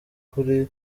kure